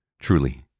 Truly